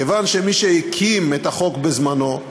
כיוון שמי שהקים את החוק בזמנו,